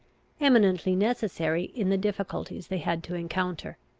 eminently necessary in the difficulties they had to encounter.